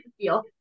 feel